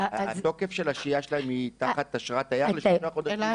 התוקף של השהייה שלהם היא תחת אשרת תייר לשלושה חודשים בלבד.